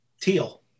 Teal